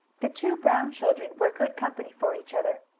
the two brown children were good company for each other.